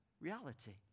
reality